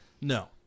No